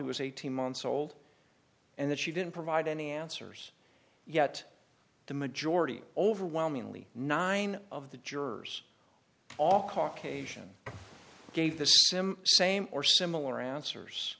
who was eighteen months old and that she didn't provide any answers yet the majority overwhelmingly nine of the jurors all caucasian gave the sim same or similar answers